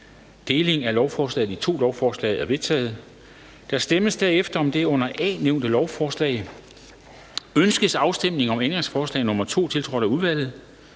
Delingen af lovforslaget i to lovforslag er vedtaget. Der stemmes derefter om det under A nævnte lovforslag [Forslag til lov om bemyndigelse til midlertidig